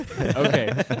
Okay